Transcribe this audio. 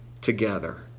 together